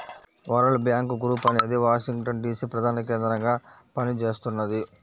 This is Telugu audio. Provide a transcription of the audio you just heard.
వరల్డ్ బ్యాంక్ గ్రూప్ అనేది వాషింగ్టన్ డీసీ ప్రధానకేంద్రంగా పనిచేస్తున్నది